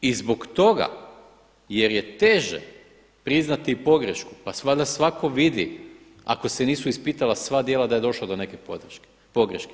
I zbog toga jer je teže priznati pogrešku, pa valjda svatko vidi ako se nisu ispitala sva djela da je došlo do neke pogreške.